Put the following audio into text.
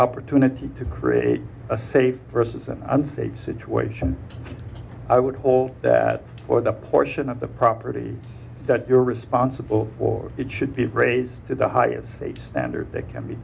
opportunity to create a safe vs an unsafe situation i would hold that for the portion of the property that you're responsible for it should be raised to the highest state that can be